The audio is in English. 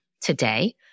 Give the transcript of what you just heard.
today